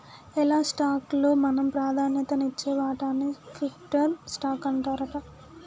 ఎలా స్టాక్ లో మనం ప్రాధాన్యత నిచ్చే వాటాన్ని ప్రిఫర్డ్ స్టాక్ అంటారట